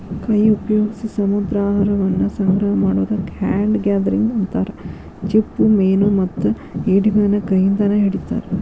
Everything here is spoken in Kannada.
ಕೈ ಉಪಯೋಗ್ಸಿ ಸಮುದ್ರಾಹಾರವನ್ನ ಸಂಗ್ರಹ ಮಾಡೋದಕ್ಕ ಹ್ಯಾಂಡ್ ಗ್ಯಾದರಿಂಗ್ ಅಂತಾರ, ಚಿಪ್ಪುಮೇನುಮತ್ತ ಏಡಿಗಳನ್ನ ಕೈಯಿಂದಾನ ಹಿಡಿತಾರ